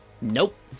Nope